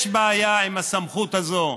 יש בעיה עם הסמכות הזאת,